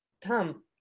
Tom